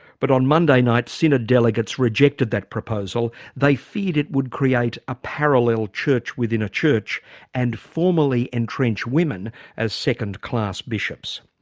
but on monday night, synod delegates rejected that proposal. they feared it would create a parallel church within a church and formally entrench women as second-class bishops.